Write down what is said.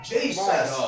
Jesus